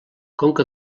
conca